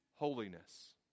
holiness